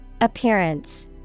Appearance